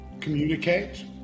communicate